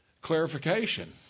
clarification